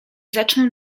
zaczną